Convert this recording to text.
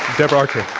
deborah archer.